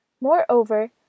Moreover